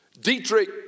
Dietrich